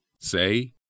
Say